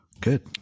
Good